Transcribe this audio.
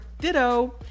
ditto